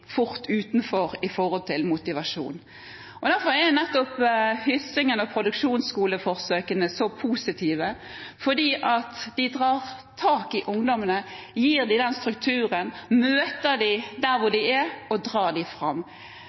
fort utenfor med hensyn til motivasjon. Derfor er nettopp Hyssingen og produksjonsskoleforsøkene så positive, for de tar tak i ungdommene, gir dem den strukturen, møter dem der de er og drar dem fram.